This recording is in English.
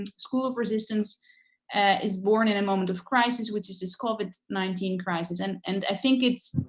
and school of resistance is born in a moment of crisis, which is this covid nineteen crisis. and and i think it's,